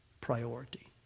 priority